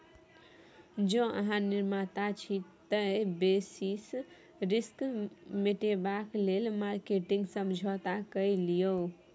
जौं अहाँ निर्माता छी तए बेसिस रिस्क मेटेबाक लेल मार्केटिंग समझौता कए लियौ